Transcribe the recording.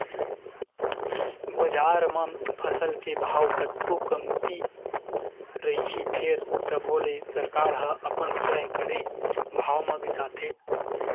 बजार म फसल के भाव कतको कमती रइही फेर तभो ले सरकार ह अपन तय करे भाव म बिसाथे